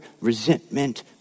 resentment